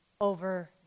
over